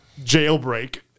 jailbreak